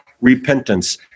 repentance